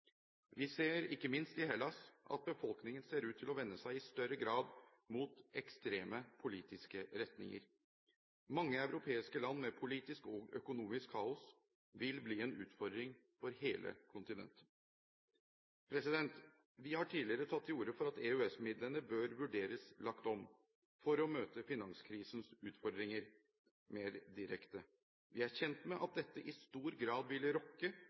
Vi ser, ikke minst i Hellas, at befolkningen ser ut til i større grad å vende seg mot ekstreme politiske retninger. Mange europeiske land med politisk og økonomisk kaos vil bli en utfordring for hele kontinentet. Vi har tidligere tatt til orde for at EØS-midlene bør vurderes lagt om for å møte finanskrisens utfordringer mer direkte. Vi er kjent med at dette i stor grad vil rokke